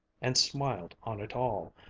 and smiled on it all,